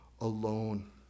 alone